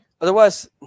otherwise